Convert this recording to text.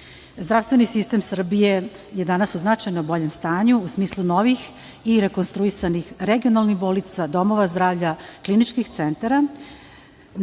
lečenje. Zdravstveni sistem Srbije je danas u značajno boljem stanju, u smislu novih i rekonstruisanih regionalnih bolnica, domova zdravlja, kliničkih centara.